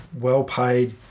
well-paid